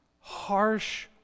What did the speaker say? harsh